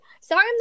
sorry